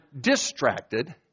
distracted